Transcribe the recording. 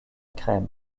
crème